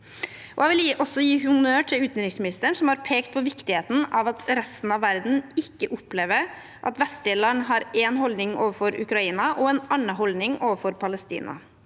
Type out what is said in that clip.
Jeg vil også gi honnør til utenriksministeren, som har pekt på viktigheten av at resten av verden ikke opplever at vestlige land har én holdning overfor Ukraina og en annen holdning overfor Palestina.